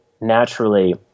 naturally